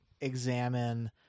examine